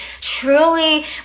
truly